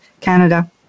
canada